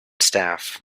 staff